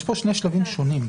יש פה שני שלבים שונים.